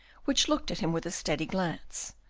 which looked at him with a steady glance,